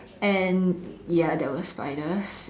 and ya there were spiders